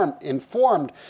informed